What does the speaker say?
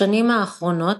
בשנים האחרונות,